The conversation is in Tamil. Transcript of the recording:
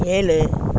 ஏழு